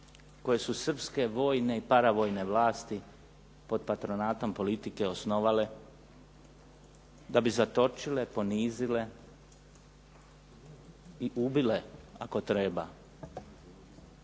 koji su srpske vojne i paravojne vlasti pod patronatom politike osnovale da bi zatočile, ponizile i ubile ako treba